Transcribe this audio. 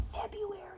February